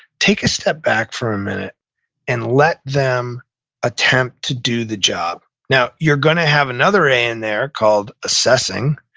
take a step back for a minute and let them attempt to do the job now, you're going to have another a in there called assessing,